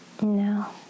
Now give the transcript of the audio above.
No